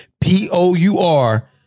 P-O-U-R